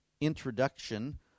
introduction